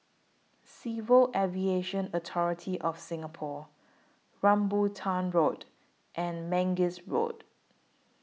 Civil Aviation Authority of Singapore Rambutan Road and Mangis Road